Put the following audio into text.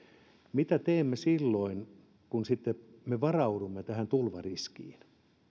mitä teemme silloin kun me varaudumme tähän tulvariskiin